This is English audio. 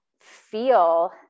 feel